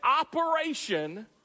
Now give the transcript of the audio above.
operation